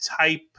type